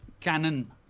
Canon